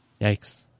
Yikes